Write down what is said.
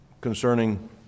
concerning